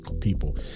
people